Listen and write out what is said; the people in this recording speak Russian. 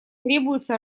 требуются